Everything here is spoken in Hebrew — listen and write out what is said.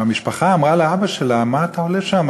המשפחה אמרה לאבא שלה: מה אתה הולך לשם?